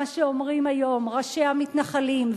מה שאומרים היום ראשי המתנחלים,